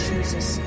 Jesus